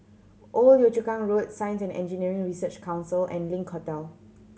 Old Yio Chu Kang Road Science and Engineering Research Council and Link Hotel